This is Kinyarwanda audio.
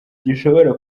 gishobora